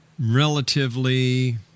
relatively